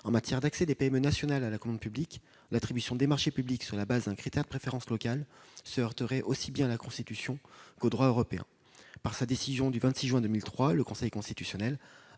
En matière d'accès des PME nationales à la commande publique, l'attribution des marchés publics sur la base d'un critère de préférence locale se heurterait aussi bien à la Constitution qu'au droit européen. Par sa décision du 26 juin 2003, le Conseil constitutionnel